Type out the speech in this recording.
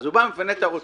ואז הוא מפנה את האוטו.